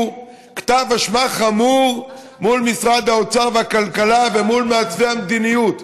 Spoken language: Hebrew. הוא כתב אשמה חמור מול משרדי האוצר והכלכלה ומול מעצבי המדיניות,